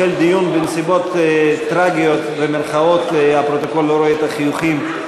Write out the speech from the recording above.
החל דיון בנסיבות "טרגיות" הפרוטוקול לא רואה את החיוכים,